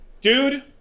Dude